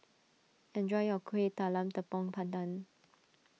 enjoy your Kueh Talam Tepong Pandan